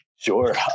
Sure